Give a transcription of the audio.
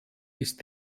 ist